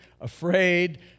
afraid